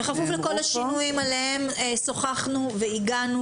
בכפוף לכל השינויים עליהם שוחחנו והגענו